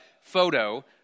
photo